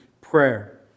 prayer